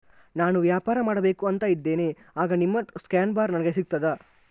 ನಾನು ವ್ಯಾಪಾರ ಮಾಡಬೇಕು ಅಂತ ಇದ್ದೇನೆ, ಆಗ ನಿಮ್ಮ ಸ್ಕ್ಯಾನ್ ಬಾರ್ ನನಗೆ ಸಿಗ್ತದಾ?